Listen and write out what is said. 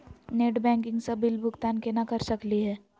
Net banking स bill भुगतान केना कर सकली हे?